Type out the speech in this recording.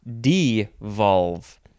devolve